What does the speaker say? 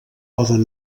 poden